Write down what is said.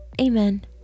Amen